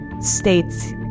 states